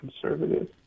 conservative